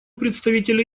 представителя